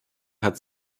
hat